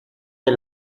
est